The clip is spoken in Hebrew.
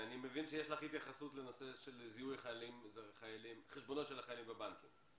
אני מבין שיש לך התייחסות לנושא של זיהוי חשבונות של החיילים בבנקים.